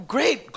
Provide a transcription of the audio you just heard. Great